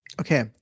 Okay